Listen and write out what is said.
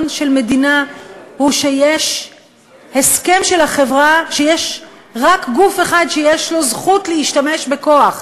הוא שיש הסכם של החברה שיש רק גוף אחד שיש לו זכות להשתמש בכוח,